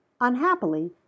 Unhappily